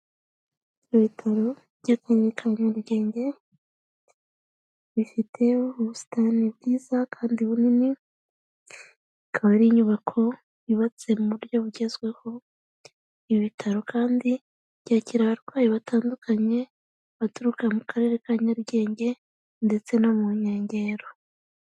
Ibitaro by'akarere ka Nyamugenge, bifite ubusitani bwiza kandi bunini, ikaba ari inyubako yubatse mu buryo bugezweho, ibi bitaro kandi byakira abarwayi batandukanye baturuka mu karere ka nNyarugenge ndetse no mu nkengero.